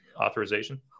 authorization